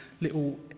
little